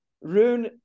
Rune